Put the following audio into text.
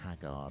Haggard